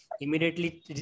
immediately